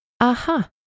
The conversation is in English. Aha